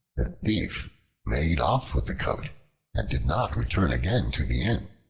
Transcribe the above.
the thief made off with the coat and did not return again to the inn.